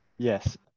Yes